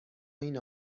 این